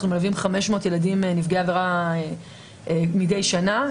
אנו מלווים 500 ילדים נפגעי עבירה מדי שנה.